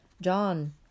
John